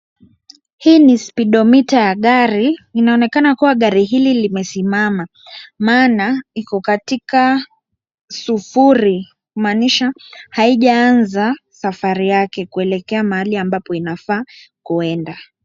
Hii ni speedometer ya gari, inaonekana kuwa gari hili limesimama maana iko katika sufuri kumaanisha haijaanza safari yake kuelekea mahali ambapo inafaa kuenda .